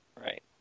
Right